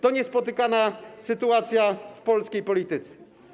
To niespotykana sytuacja w polskiej polityce.